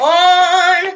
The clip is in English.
on